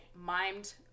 mimed